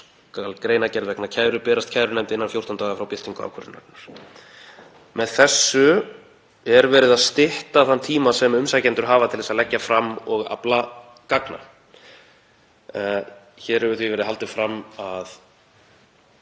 greinargerð vegna kæru berast kærunefnd innan 14 daga frá birtingu ákvörðunarinnar. Með þessu er verið að stytta þann tíma sem umsækjendur hafa til að leggja fram og afla gagna. Hér hefur því verið haldið fram að